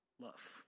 love